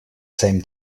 same